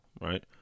right